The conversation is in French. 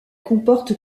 comporte